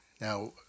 Now